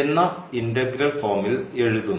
എന്ന ഇന്റഗ്രൽ ഫോമിൽ എഴുതുന്നു